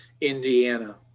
Indiana